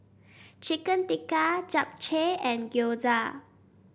Chicken Tikka Japchae and Gyoza